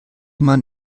man